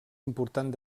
important